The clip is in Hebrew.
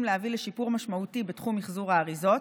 להביא לשיפור משמעותי בתחום מחזור האריזות,